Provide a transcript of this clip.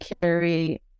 carry